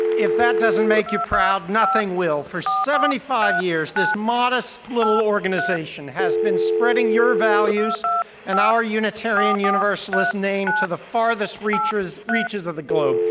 if that doesn't make you proud, nothing will. for seventy five years this it modest little organization has been spreading your values and our unitarian universalist name to the farthest reaches reaches of the globe.